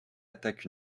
attaquent